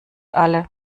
alle